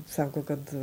sako kad